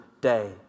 day